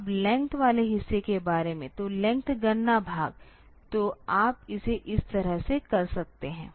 अब लेंथ वाले हिस्से के बारे में तो लेंथ गणना भाग तो आप इसे इस तरह से कर सकते हैं